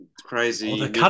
crazy